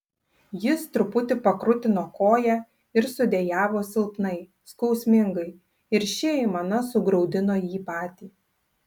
jis truputį pakrutino koją ir sudejavo silpnai skausmingai ir ši aimana sugraudino jį patį